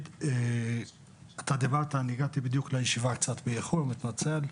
אני הגעתי לישיבה קצת באיחור, אני מתנצל,